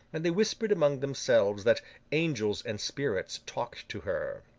and they whispered among themselves that angels and spirits talked to her.